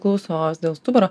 klausos dėl stuburo